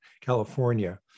California